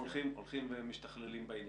אפשר לקדם ואתם צריכים החלטה על משאבים שהיא החלטה